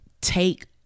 take